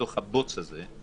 בתוך הבוץ הזה,